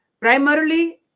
primarily